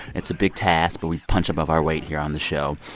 it's a big task, but we punch above our weight here on the show.